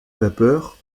vapeur